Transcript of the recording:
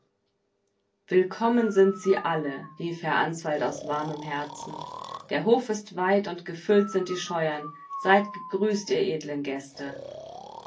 willkommen sind sie alle rief herr answald aus warmem herzen der hof ist weit und gefüllt sind die scheuern seid gegrüßt ihr edlen gäste